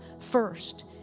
first